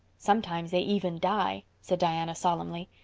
sometimes they even die, said diana solemnly.